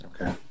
Okay